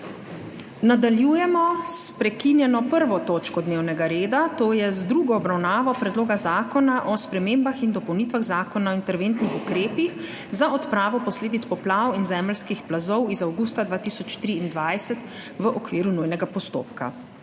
Nadaljujemo s **prekinjeno 1. točko dnevnega reda, to je z drugo obravnavo Predloga zakona o spremembah in dopolnitvah Zakona o interventnih ukrepih za odpravo posledic poplav in zemeljskih plazov iz avgusta 2023 v okviru nujnega postopka.**